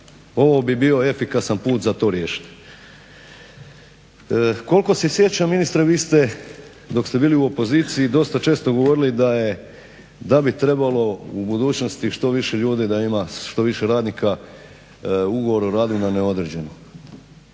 ovo bi bio efikasan put za to riješiti. Koliko se sjećam ministre vi ste dok ste bili u opoziciji dosta često govorili da bi trebalo u budućnosti što više ljudi da ima, što više radnika ugovor o radu na neodređeno.